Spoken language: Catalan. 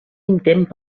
intent